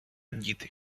діти